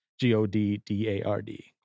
G-O-D-D-A-R-D